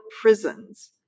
prisons